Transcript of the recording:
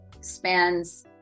spans